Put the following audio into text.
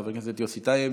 חבר הכנסת יוסי טייב